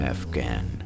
Afghan